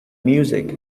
music